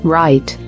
right